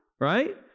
right